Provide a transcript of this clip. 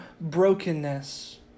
brokenness